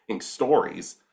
stories